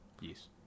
yes